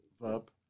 Verb